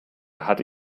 hatte